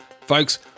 Folks